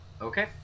okay